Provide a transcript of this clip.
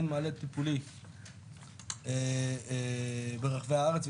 אין מענה טיפולי ברחבי הארץ.